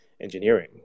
engineering